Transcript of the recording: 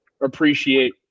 appreciate